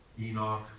Enoch